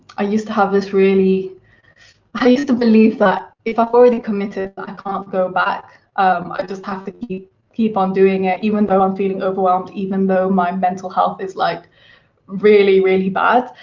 i used to have this really i used to believe that, if i've already committed that i can't go back. um i just have to keep keep on doing it, even though i'm feeling overwhelmed, even though my mental health is like really, really bad,